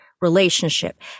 relationship